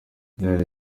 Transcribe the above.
byari